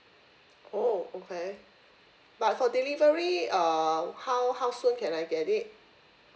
oh okay but for delivery um how how soon can I get it